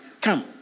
come